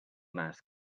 mas